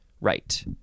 Right